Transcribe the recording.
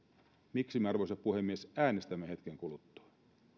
miksi me arvoisa puhemies äänestämme hetken kuluttua vielä